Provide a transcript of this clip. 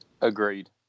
Agreed